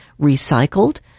recycled